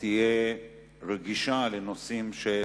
תהיה רגישה לנושאים של